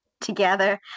together